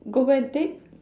go where and take